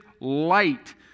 light